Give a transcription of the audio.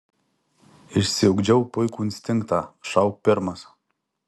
išsiugdžiau puikų instinktą šauk pirmas